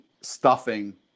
stuffing